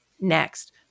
next